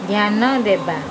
ଧ୍ୟାନ ଦେବା